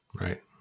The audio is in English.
Right